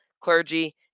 clergy